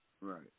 Right